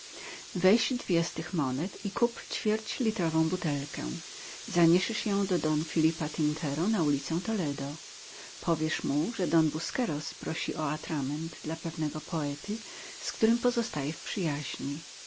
weź dwie z tych monet i kup ćwierćlitrową butelkę zaniesiesz ją do don filipa tintero na ulicę toledo powiesz mu że don busqueros prosi o atrament dla pewnego poety z którym pozostaje w przyjaźni